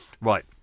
right